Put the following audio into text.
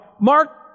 Mark